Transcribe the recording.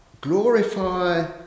glorify